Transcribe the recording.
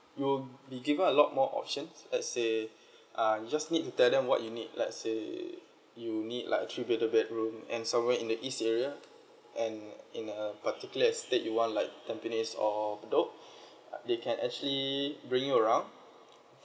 you'll be given a lot more options let's say uh you just need to tell them what you need let's say you need like a three bedded bedroom and somewhere in the east area and in a particular estate you want like tampines or bedok they can actually bring you around